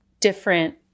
different